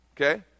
okay